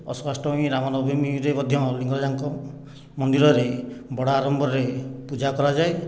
ଅଶୋକାଷ୍ଟମୀ ରାମନବମୀରେ ମଧ୍ୟ ଲିଙ୍ଗରାଜଙ୍କ ମନ୍ଦିରରେ ବଡ଼ ଆଡ଼ମ୍ବରରେ ପୂଜା କରାଯାଏ